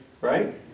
right